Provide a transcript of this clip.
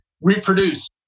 reproduce